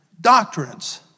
doctrines